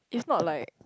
it's not like